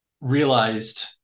realized